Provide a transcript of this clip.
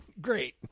Great